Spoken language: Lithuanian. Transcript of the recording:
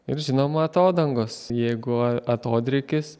ir žinoma atodangos jeigu a atodrėkis